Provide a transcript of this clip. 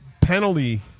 penalty